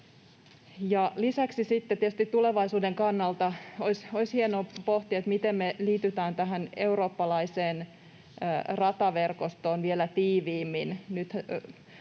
tietysti tulevaisuuden kannalta olisi hienoa pohtia, miten me liitytään tähän eurooppalaiseen rataverkostoon vielä tiiviimmin.